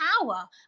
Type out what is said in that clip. power